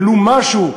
ולו משהו,